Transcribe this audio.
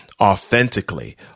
authentically